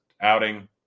outing